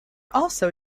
also